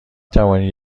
توانید